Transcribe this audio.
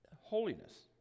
holiness